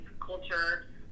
culture